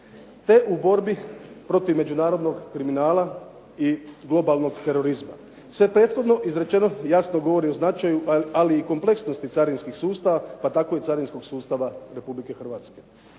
te u borbi protiv međunarodnog kriminala i globalnog terorizma. Sve prethodno izrečeno jasno govori o značaju ali i kompleksnosti carinskog sustava, pa tako i carinskog sustava Republike Hrvatske.